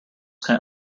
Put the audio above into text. can